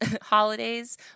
holidays